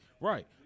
Right